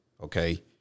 okay